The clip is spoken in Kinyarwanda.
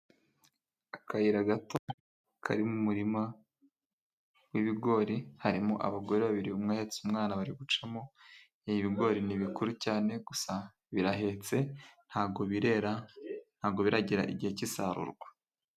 Akayira gato kari mu murima w'ibigori, harimo abagore babiri umwe ahetse umwana bari gucamo, ibigori ni bikuru cyane, gusa birahetse ntambwo birera ntambwo biragera igihe cy'isarurwa.